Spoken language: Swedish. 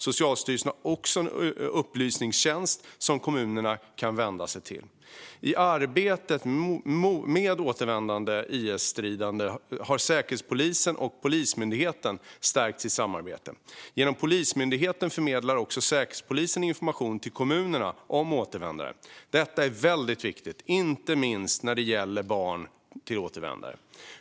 Socialstyrelsen har också en upplysningstjänst som kommunerna kan vända sig till. I arbetet med återvändande IS-stridande har Säkerhetspolisen och Polismyndigheten stärkt sitt samarbete. Genom Polismyndigheten förmedlar också Säkerhetspolisen information till kommunerna om återvändare. Detta är väldigt viktigt, inte minst när det gäller barn till återvändare.